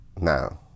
now